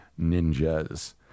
ninjas